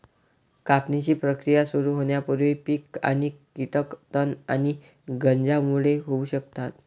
कापणीची प्रक्रिया सुरू होण्यापूर्वी पीक आणि कीटक तण आणि गंजांमुळे होऊ शकतात